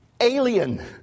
alien